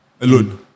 Alone